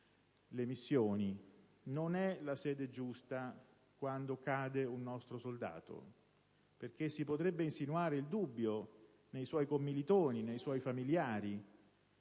le missioni. Non è l'occasione giusta quella in cui cade un nostro soldato, perché si potrebbe insinuare il dubbio nei suoi commilitoni e nei suoi familiari